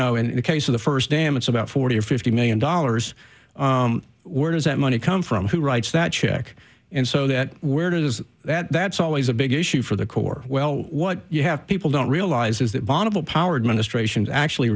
know in the case of the first dam it's about forty or fifty million dollars where does that money come from who writes that check and so that where does that that's always a big issue for the corps well what you have people don't realize is that bonneville power administration is actually